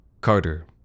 Carter